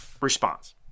response